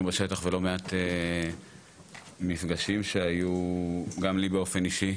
בשטח ולא מעט מפגשים שהיו גם לי באופן אישי